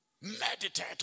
Meditate